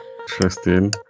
Interesting